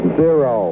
zero